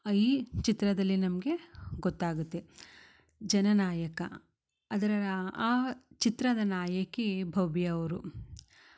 ಈ ಚಿತ್ರದಲ್ಲಿ ನಮಗೆ ಗೊತ್ತಾಗತ್ತೆ ಜನನಾಯಕ ಅದರ ಆ ಚಿತ್ರದ ನಾಯಕಿ ಭವ್ಯ ಅವರು